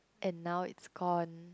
and now it's gone